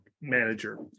Manager